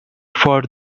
for